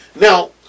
Now